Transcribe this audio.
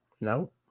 No